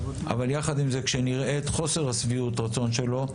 אבל יחד עם זה, כשנראה את חוסר שביעות הרצון שלו,